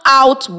out